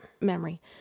memory